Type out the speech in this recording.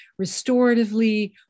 restoratively